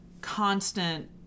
constant